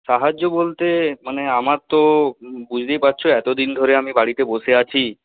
সাহায্য বলতে মানে আমার তো বুঝতেই পারছো এতদিন ধরে আমি বাড়িতে বসে আছি